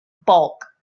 bulk